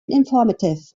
informative